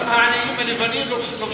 גם העניים הלבנים לובשים שחורים.